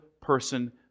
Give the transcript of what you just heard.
person